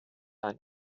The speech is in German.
ein